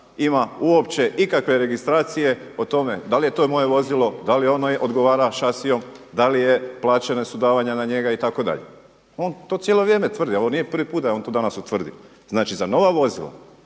ima uopće ikakve registracije o tome da li je to moje vozilo, da li ono odgovara šasijom, da li je, plaćena su davanja na njega itd. On to cijelo vrijeme tvrdi. Ovo nije prvi put da je on to danas utvrdio. Znači za nova vozila